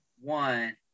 One